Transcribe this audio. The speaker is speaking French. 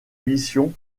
mission